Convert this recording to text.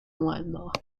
landmark